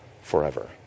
forever